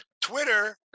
Twitter